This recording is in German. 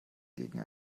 gegen